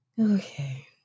Okay